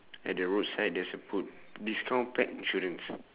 at the roadside there's a quote discount pack insurance